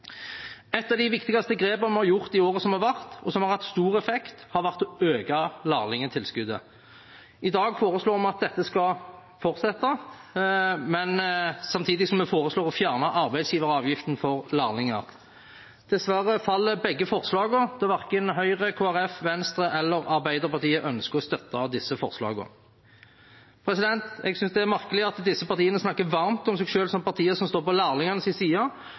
Et av de viktigste grepene vi har gjort i året som har vært, og som har hatt stor effekt, har vært å øke lærlingtilskuddet. I dag foreslår vi at dette skal fortsette, samtidig som vi foreslår å fjerne arbeidsgiveravgiften for lærlinger. Dessverre faller begge forslagene, da verken Høyre, Kristelig Folkeparti, Venstre eller Arbeiderpartiet ønsker å støtte disse forslagene. Jeg synes det er merkelig at disse partiene snakker varmt om seg selv som partier som står på